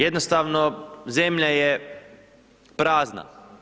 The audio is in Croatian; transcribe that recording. Jednostavno zemlja je prazna.